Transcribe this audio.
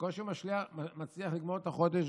בקושי מצליח לגמור את החודש,